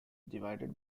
divided